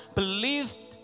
believed